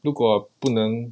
如果不能